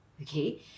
Okay